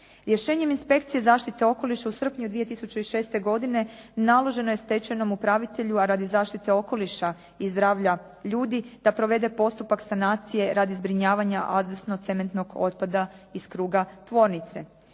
Rješenjem Inspekcije zaštite okoliša u srpnju 2006. godine naloženo je stečajnom upravitelju, a radi zaštite okoliša i zdravlja ljudi da provede postupak sanacije radi zbrinjavanja azbestno-cementnog otpada iz kruga tvornice.